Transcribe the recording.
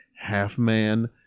half-man